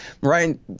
right